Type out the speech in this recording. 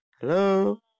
Hello